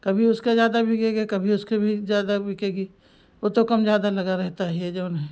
कभी उसका ज़्यादा बिकेगा कभी उसके भी ज़्यादा बिकेगी वह तो कम ज़्यादा लगा रहता ही है जऊन है